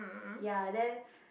ya then